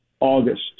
August